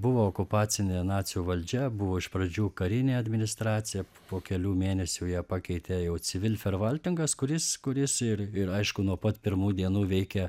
buvo okupacinė nacių valdžia buvo iš pradžių karinė administracija po kelių mėnesių ją pakeitė jau civilferwaltingas kuris kuris ir ir aišku nuo pat pirmų dienų veikė